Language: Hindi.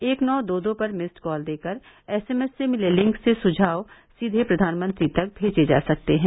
एक नौ दो दो पर मिस्ड कॉल र्देकर एसएमएस से मिले लिंक से सुझाव सीघे प्रधानमंत्री तक भेजे जा सकते हैं